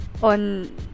on